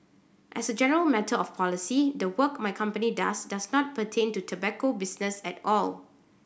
as a general matter of policy the work my company does does not pertain to tobacco business at all